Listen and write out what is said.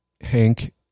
Hank